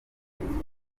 umufundi